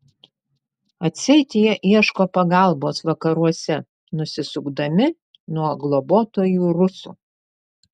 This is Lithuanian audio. atseit jie ieško pagalbos vakaruose nusisukdami nuo globotojų rusų